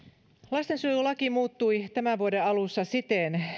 lastensuojelulaki muuttui tämän vuoden alussa siten